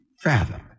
fathom